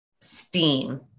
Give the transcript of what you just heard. steam